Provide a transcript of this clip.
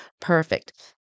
perfect